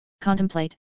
contemplate